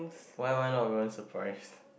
why why not doing surprise